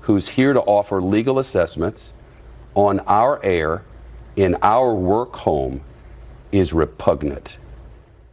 who is here to offer legal assessments on our air in our work home is repugnant